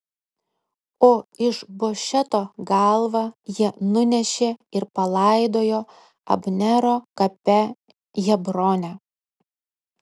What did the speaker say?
o išbošeto galvą jie nunešė ir palaidojo abnero kape hebrone